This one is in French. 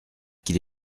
qu’il